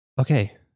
Okay